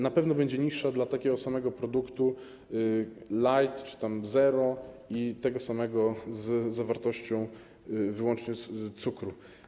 Na pewno będzie niższa dla takiego samego produktu light czy zero i tego samego z zawartością wyłącznie cukru.